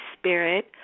Spirit